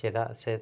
ᱪᱮᱫᱟᱜ ᱥᱮ